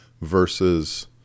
versus